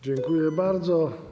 Dziękuje bardzo.